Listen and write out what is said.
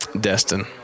Destin